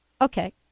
Okay